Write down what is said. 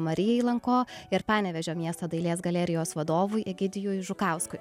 marijai lanko ir panevėžio miesto dailės galerijos vadovui egidijui žukauskui